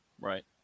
right